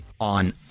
on